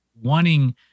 wanting